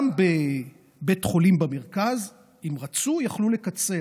גם בבית חולים במרכז, אם רצו, יכלו לקצר.